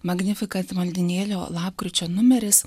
magnificat maldynėlio lapkričio numeris